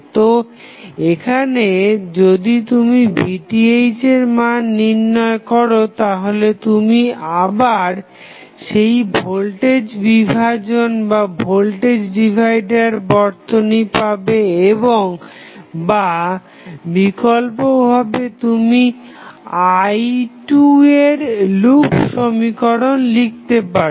তো এখানে যদি তুমি VTh এর মান নির্ণয় করো তাহলে তুমি আবার সেই ভোল্টেজ বিভাজন বর্তনী পাবে বা বিকল্প ভাবে তুমি i2 এর লুপ সমীকরণ লিখতে পারো